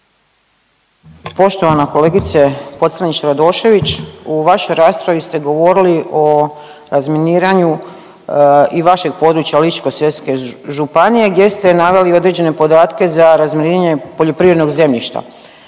Poštovana kolegice Pocrnić-Radošević. U vašoj raspravi ste govorili o razminiranju i vašeg područja Ličko-senjske županije gdje ste naveli određene podatke za razminiranje poljoprivrednog zemljišta.